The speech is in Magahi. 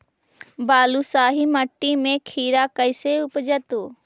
बालुसाहि मट्टी में खिरा कैसे उपजतै?